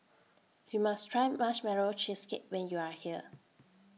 YOU must Try Marshmallow Cheesecake when YOU Are here